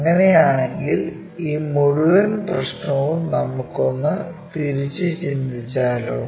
അങ്ങനെയാണെങ്കിൽ ഈ മുഴുവൻ പ്രശ്നവും നമുക്ക് ഒന്ന് തിരിച്ചു ചിന്തിച്ചാലോ